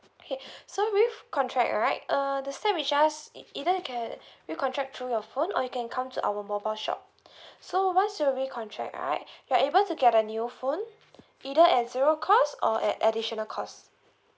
so recontract right uh to sign with us e~ either you can recontract through your phone or you can come to our mobile shop so once you recontract right you are able to get a new phone either at zero cost or at additional cost